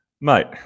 Mate